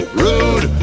rude